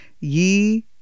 ye